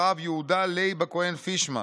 הרב יהודה ליב הכהן פישמן,